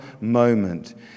moment